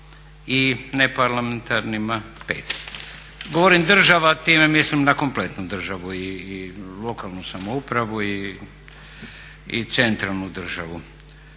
i neparlamentarnima 5. Govorim država, time mislim na kompletnu državu i lokalnu samoupravu i centralnu državu.